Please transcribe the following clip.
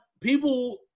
people